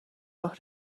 راه